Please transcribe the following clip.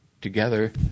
together